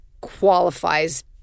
qualifies